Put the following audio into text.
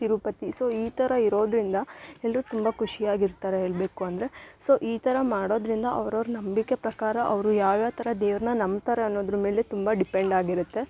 Tirupati so ಈ ಥರ ಇರೋದರಿಂದ ಎಲ್ಲರು ತುಂಬ ಖುಷಿಯಾಗಿರ್ತಾರೆ ಹೇಳಬೇಕು ಅಂದರೆ ಸೊ ಈ ಥರ ಮಾಡೋದರಿಂದ ಅವ್ರವ್ರ ನಂಬಿಕೆ ಪ್ರಕಾರ ಅವರು ಯಾವ ಯಾವ ಥರ ದೇವ್ರನ್ನ ನಂಬ್ತಾರೆ ಅನ್ನೋದರ ಮೇಲೆ ತುಂಬ ಡಿಪೆಂಡ್ ಆಗಿರುತ್ತೆ